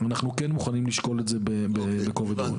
אנחנו כן מוכנים לשקול את זה בכובד ראש.